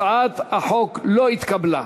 הצעת החוק לא התקבלה.